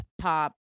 pop